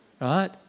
right